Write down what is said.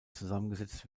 zusammengesetzt